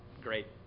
great